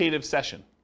session